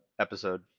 episode